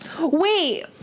Wait